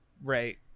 Right